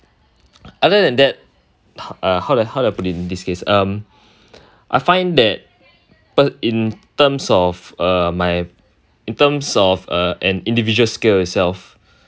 other than that uh how how do I put in this case um I find that in terms of my in terms of uh an individual scale itself